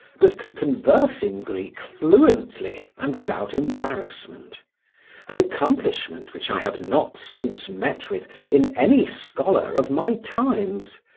but could converse in greek fluently and without embarrassment an accomplishment which i have not since met with in any scholar of my times,